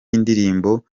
y’indirimbo